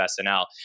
snl